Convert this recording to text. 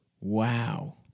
Wow